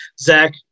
zach